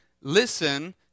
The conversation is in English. listen